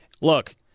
Look